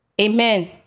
Amen